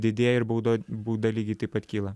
didėja ir bauda bauda lygiai taip pat kyla